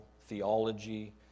theology